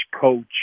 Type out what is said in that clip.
coach